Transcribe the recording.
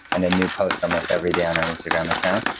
and a new post almost everyday on our instagram account.